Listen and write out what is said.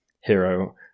hero